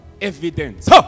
Evidence